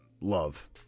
love